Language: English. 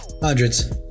Hundreds